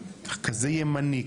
כזה ימני,